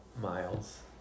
miles